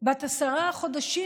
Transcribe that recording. בת העשרה חודשים,